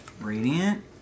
Radiant